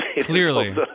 Clearly